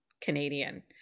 Canadian